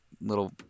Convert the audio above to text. little